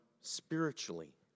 spiritually